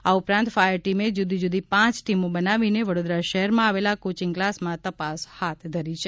આ ઉપરાંત ફાયર ટીમે જુદી જુદી પાંચ ટીમો બનાવીને વડોદરા શહેરમાં આવેલા કોચિંગ ક્લાસમાં તપાસ હાથ ધરી છે